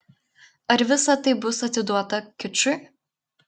ar visa tai bus atiduota kičui